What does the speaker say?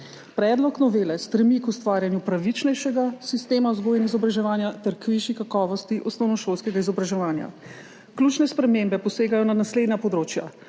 Predlog novele stremi k ustvarjanju pravičnejšega sistema vzgoje in izobraževanja ter k višji kakovosti osnovnošolskega izobraževanja. Ključne spremembe posegajo na naslednja področja